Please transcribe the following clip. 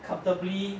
comfortably